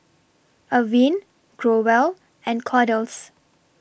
Avene Growell and Kordel's